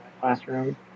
classroom